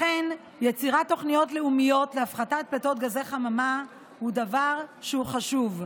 לכן יצירת תוכניות לאומיות להפחתת פליטות גזי חממה היא דבר חשוב.